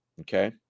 okay